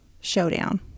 showdown